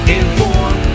inform